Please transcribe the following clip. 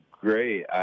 great